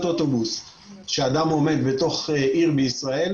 אוטובוס בה אדם עומד בתוך עיר בישראל,